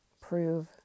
prove